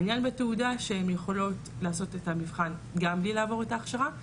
העניין בתעודה שהן יכולות לעשות את המבחן גם בלי לעבור את ההכשרה,